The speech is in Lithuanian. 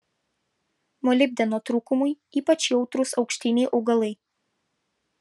molibdeno trūkumui ypač jautrūs ankštiniai augalai